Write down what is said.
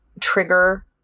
trigger